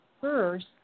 first